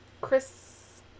Chris